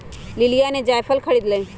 लिलीया ने जायफल खरीद लय